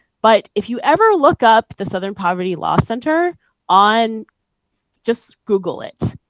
but if you ever look up the southern poverty law center on just google it.